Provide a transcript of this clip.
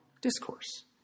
discourse